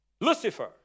Lucifer